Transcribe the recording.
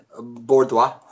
Bordeaux